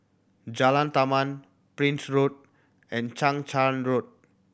Jalan Taman Prince Road and Chang Charn Road